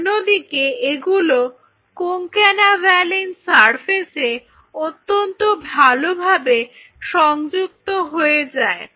অন্যদিকে এগুলো Concanavaline সারফেসে অত্যন্ত ভালোভাবে সংযুক্ত হয়ে যায়